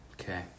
Okay